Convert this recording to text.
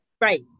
Right